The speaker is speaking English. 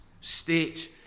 state